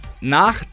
nach